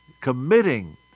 committing